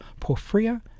porphyria